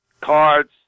Cards